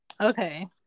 Okay